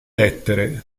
lettere